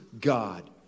God